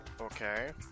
Okay